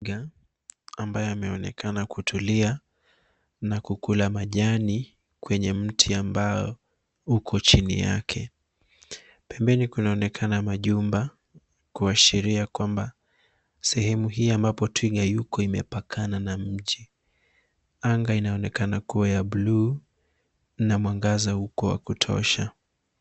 Twiga, ambaye ameonekana kutulia na kukula majani kwenye mti ambao uko chini yake. Pembeni kunaonekana majumba kuashiria kwamba sehemu hii ambapo twiga yuko imepakana na mji. Anga inaonekana kuwa ya buluu na mwangaza uko wa kutosha.